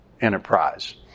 enterprise